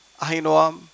Ahinoam